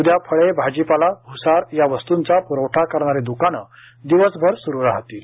उदया फळे भाजीपाला भूसार या वस्तूंचा प्रवठा करणारी द्काने दिवसभर स्रू राहतील